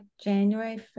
january